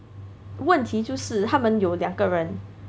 问题就是他们有两个人